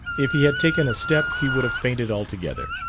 if he had taken a step he would have fainted altogether.